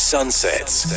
Sunsets